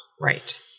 Right